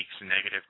negative